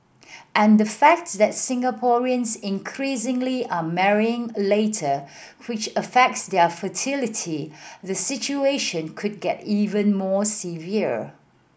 add the fact that Singaporeans increasingly are marrying later which affects their fertility the situation could get even more severe